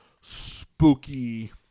spooky